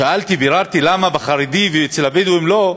שאלתי, ביררתי, למה אצל החרדי ואצל הבדואים לא.